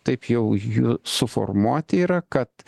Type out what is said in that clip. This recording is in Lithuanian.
taip jau jų suformuoti yra kad